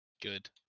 Good